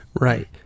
Right